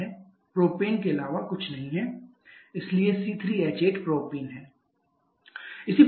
यह प्रोपेन के अलावा कुछ नहीं है इसलिए C3H8 प्रोपेन है